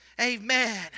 Amen